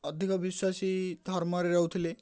ଅଧିକ ବିଶ୍ୱାସ ଧର୍ମରେ ରହୁଥିଲେ